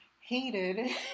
hated